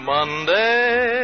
Monday